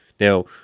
Now